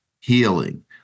healing